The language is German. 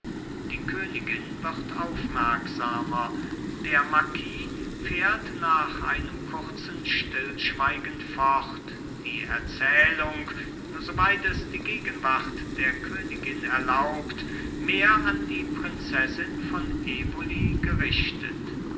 die königin wird aufmerksamer der marquis fährt nach einem kurzen stillschweigen fort die erzählung soweit es die gegenwart der königin erlaubt mehr an die prinzessin von eboli gerichtet